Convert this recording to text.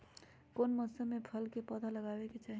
कौन मौसम में फल के पौधा लगाबे के चाहि?